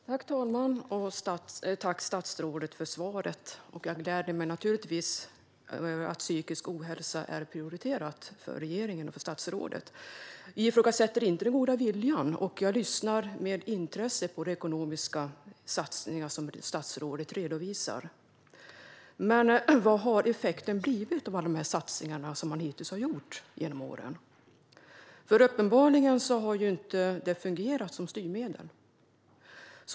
Fru talman! Tack för svaret, statsrådet! Det gläder mig naturligtvis att psykisk ohälsa är en prioriterad fråga för regeringen och statsrådet. Jag ifrågasätter inte den goda viljan, och jag lyssnar med intresse på de ekonomiska satsningar som statsrådet redovisar. Men vad har effekten blivit av alla de satsningar man har gjort genom åren? Uppenbarligen har de nämligen inte fungerat som styrmedel.